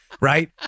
Right